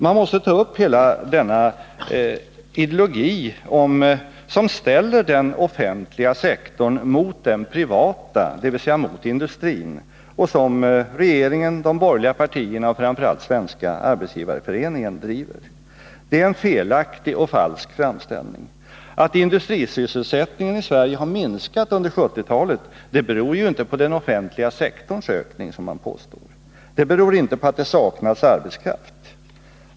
Man måste ta upp hela denna ideologi, som ställer den offentliga sektorn mot den privata, dvs. industrin, och som regeringen, de borgerliga partierna och framför allt Svenska arbetsgivareföreningen driver. Det är en felaktig och falsk framställning. Att industrisysselsättningen i Sverige har minskat under 1970-talet beror ju inte på den offentliga sektorns ökning, som man påstår. Det beror inte på att det saknas arbetskraft.